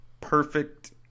perfect